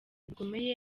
bikomeye